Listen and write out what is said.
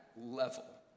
level